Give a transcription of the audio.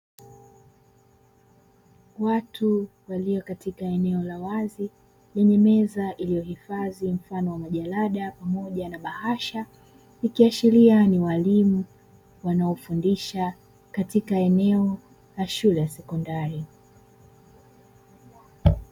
Watu walio katika eneo la wazi lenye meza iliyohifadhi mfano wa majalada pamoja na bahasha, ikiashiria ni walimu wanaofundisha katika eneo la shule ya sekondari.